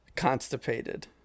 constipated